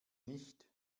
nicht